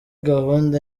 gahunda